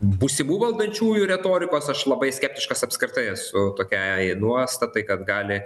būsimų valdančiųjų retorikos aš labai skeptiškas apskritai esu tokiai nuostatai kad gali